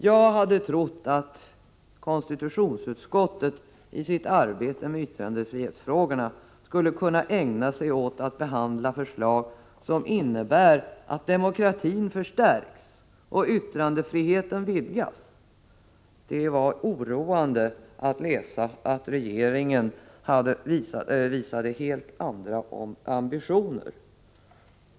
Jag hade trott att konstitutionsutskottet i sitt arbete med yttrandefrihetsfrågor skulle kunna ägna sig åt att behandla förslag som innebär att demokratin förstärks och yttrandefriheten vidgas. Det var oroande att läsa att regeringen visade helt andra ambitioner.